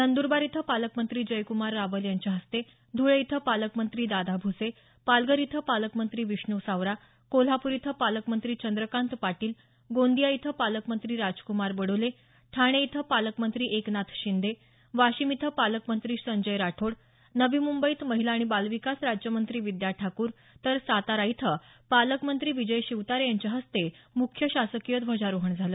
नंदरबार इथं पालकमंत्री जयकूमार रावल यांच्या हस्ते धुळे इथं पालकमंत्री दादा भूसे पालघर इथं पालकमंत्री विष्णू सावरा कोल्हापूर इथं पालकमंत्री चंद्रकांत पाटील गोंदिया इथं पालकमंत्री राजकुमार बडोले ठाणे इथं पालकमंत्री एकनाथ शिंदे वाशिम इथं पालकमंत्री संजय राठोड नवी मुंबईत महिला आणि बालविकास राज्यमंत्री विद्या ठाकूर तर सातारा इथं पालकमंत्री विजय शिवतारे यांच्या हस्ते मुख्य शासकीय ध्वजारोहण झालं